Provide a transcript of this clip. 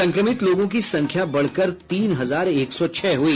संक्रमित लोगों की संख्या बढ़कर तीन हजार एक सौ छह हुई